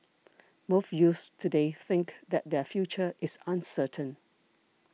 most youths today think that their future is uncertain